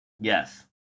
Yes